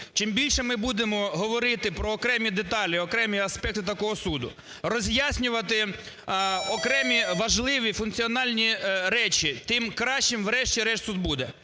Чим більше ми будемо говорити про окремі деталі, окремі аспекти такого суду, роз'яснювати окремі важливі функціональні речі тим кращим, врешті-решт, суд буде.